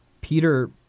Peter